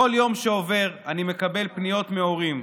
בכל יום שעובר אני מקבל פניות מהורים,